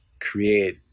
create